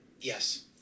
Yes